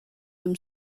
him